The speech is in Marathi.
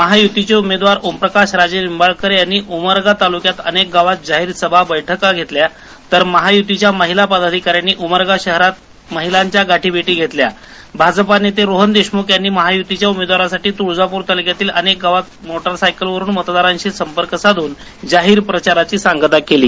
महायुतीचे उमेदवार ओमप्रकाश राजेनिंबाळकर यांनी उमरगा तालुक्यात अनेक गावात जाहीर सभा बैठका तर महायुतीच्या महिला पदाधिकाऱ्यांनी उमरगा शहरात महिलांच्या गाठीभेटी घेतल्या भाजपा नेते रोहन देशमुख यांनी महायुतीच्या उमेदवारासाठी तुळजापूर तालुक्यातील अनेक गावात मोटारसायकलवरून मतदारांशी संपर्क साधून जाहीर प्रचाराची सांगता केली